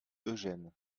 eugene